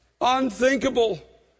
Unthinkable